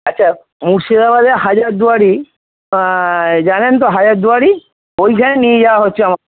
আচ্ছা মুর্শিদাবাদের হাজারদুয়ারি জানেন তো হাজারদুয়ারি ওইখানে নিয়ে যাওয়া হচ্ছে